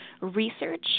research